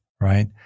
right